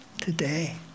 today